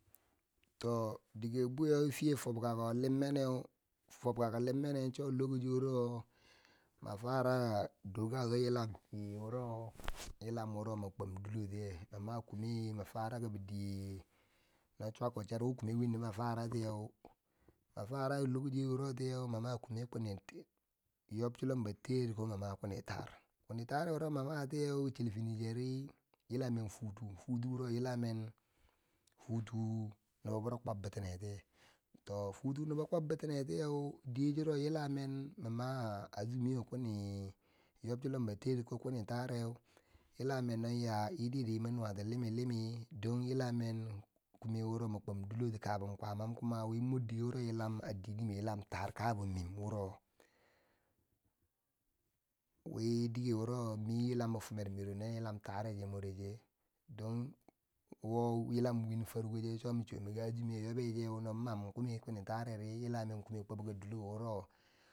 To dike bweyeu fiye fobkako lim meneu, fobkako lim meneu cho lokaci yo wuro ma fara doka ki yilan dike wuro yilam wo ma kwab diloko tiye, ma, ma kume na fara kibi diye, no chwako cheru ki kume windi ma fara tiyeu, ma fara lokaci waro tiyeu ma ma kume, kwini yob chilombo teer ko ma ma kume kwini taar, kwini taare wuro ma matiyeu chel fini cheri yila men futu, futu wuro yila men futu nobbobero kwobbitinetiye to futu nobbo kwobi tinetiyeu diye churo yila mi ma hazumiyo kwini yob chilombo teer ko kwini ta, are yila men no ya idire min nuwati limi limi don yila men ku me wuro min kwomdiloti kabam kwaama kuma wi mor dike woro yilam a dini miye yilam taar ka min wuro wi dike wuro mi yilam fimer mironen yilam ta. areche more she don wo yilam win farko cheu cho mi chu miki azumiye yobecheu, nomam kume kwini ta, areri yilamen kume kwobka deloko wuro.